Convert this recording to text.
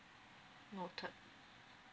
noted